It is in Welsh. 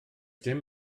dim